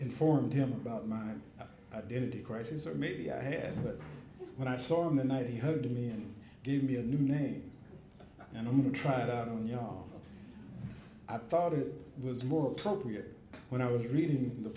informed him about my identity crisis or maybe i had but when i saw him the night he heard me and give me a new name and i'm going to try it out on your own i thought it was more appropriate when i was reading the